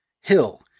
Hill